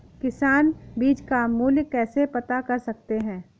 किसान बीज का मूल्य कैसे पता कर सकते हैं?